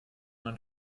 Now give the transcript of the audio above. man